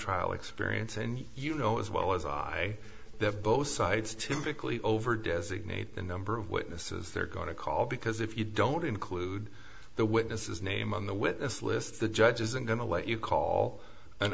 trial experience and you know as well as i have both sides to quickly over designate the number of witnesses they're going to call because if you don't include the witnesses name on the witness list the judge isn't going to let you call an